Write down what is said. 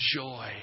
joy